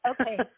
Okay